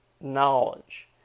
knowledge